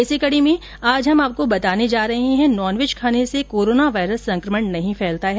इसी कड़ी में आज हम आपको बताने जा रहे हैं नॉनवेज खाने से कोरोना वायरस संक्रमण नहीं फैलता है